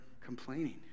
complaining